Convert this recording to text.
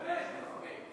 באמת.